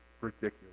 ridiculous